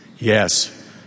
Yes